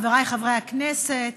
חבריי חברי הכנסת,